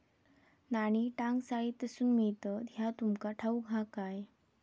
नाणी टांकसाळीतसून मिळतत ह्या तुमका ठाऊक हा काय